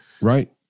Right